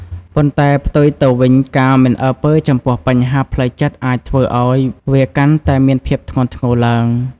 ប៉ុន្តែ ផ្ទុយទៅវិញ ការមិនអើពើចំពោះបញ្ហាផ្លូវចិត្តអាចធ្វើឲ្យវាកាន់តែមានភាពធ្ងន់ធ្ងរឡើង។